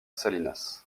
salinas